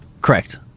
Correct